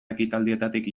ekitaldietatik